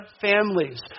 families